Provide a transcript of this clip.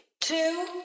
two